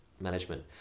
management